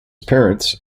parents